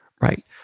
right